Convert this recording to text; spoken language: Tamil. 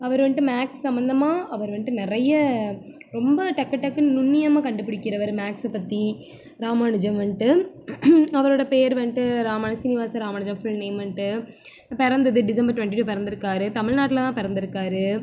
அவர் வந்துட்டு மேக்ஸ் சம்மந்தமாக அவர் வந்துட்டு நிறைய ரொம்ப டக்கு டக்குன்னு நுண்ணியமாக கண்டு பிடிக்கிறவர் மேக்ஸ்ஸை பற்றி ராமானுஜம் வந்ட்டு அவரோடய பேர் வந்ட்டு ராமா ஸ்ரீனிவாச ராமானுஜம் ஃபுல் நேம் வந்துட்டு பிறந்தது டிசம்பர் ட்வெண்ட்டி டூ பிறந்துருக்காரு தமிழ்நாட்டிலதான் பிறந்துருக்காரு